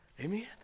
Amen